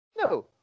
No